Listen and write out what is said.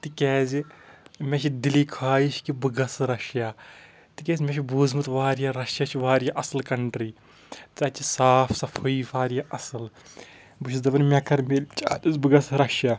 تِکیازِ مےٚ چھِ دِلی خٲہِش کِہ بہٕ گَژھٕ رَشِیا تِکیازِ مےٚ چھ بوٗزمُت واریاہ رَشِیا چھِ واریاہ اَصٕل کنٹرٛی تَتِہ چھِ صاف صفٲیی واریاہ اَصٕل بہٕ چھُس دَپان مےٚ کَر میلِہ چانَس بہٕ گَژھ رَشِیا